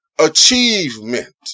achievement